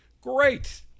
Great